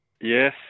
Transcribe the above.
Yes